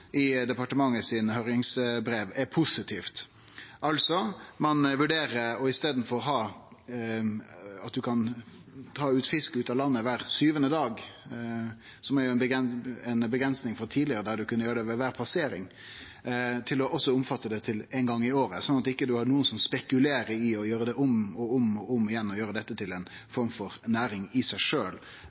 i høyringsbrevet frå departementet er positiv. Altså: I staden for at ein kan ta fisk ut av landet kvar sjuande dag ? som er ei avgrensing frå tidlegare, der ein kunne gjere det ved kvar passering – vurderer ein å omfatte det til éin gong i året, sånn at ikkje nokon spekulerer i å gjere det om og om igjen og gjere dette til ei form for næring i seg